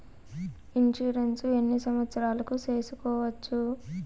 Insurance ఎన్ని సంవత్సరాలకు సేసుకోవచ్చు?